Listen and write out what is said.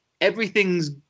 everything's